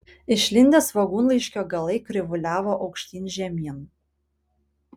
išlindę svogūnlaiškio galai krivuliavo aukštyn žemyn